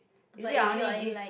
usually I only give